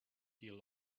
deal